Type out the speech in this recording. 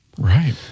right